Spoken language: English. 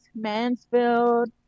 Mansfield